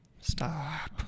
stop